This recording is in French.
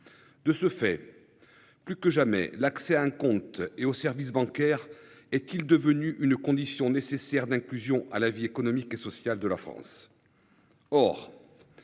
De ce fait. Plus que jamais l'accès à un compte et aux services bancaires est-il devenu une condition nécessaire d'inclusion à la vie économique et sociale de la France.